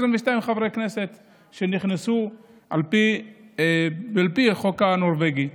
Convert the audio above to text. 22 חברי כנסת שנכנסו על פי החוק הנורבגי.